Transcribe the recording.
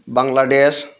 Bangladesh